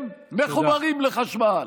הם מחוברים לחשמל.